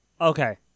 Okay